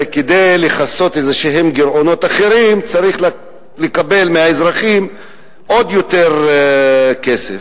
כדי לכסות איזה גירעונות אחרים צריך לקבל מהאזרחים עוד כסף: